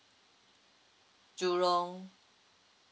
jurong